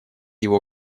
его